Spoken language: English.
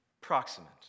proximate